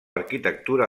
arquitectura